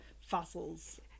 fossils